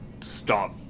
stop